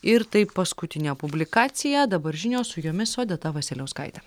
ir tai paskutinė publikacija dabar žinios su jomis odeta vasiliauskaitė